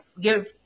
give